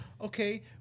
Okay